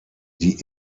die